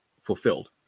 fulfilled